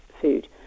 food